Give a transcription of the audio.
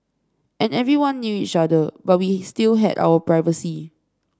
and everyone knew each other but we still had our privacy